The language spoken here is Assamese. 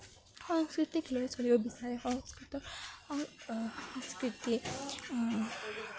সংস্কৃতিক লৈ চলিব বিচাৰে সংস্কৃতি